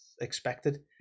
expected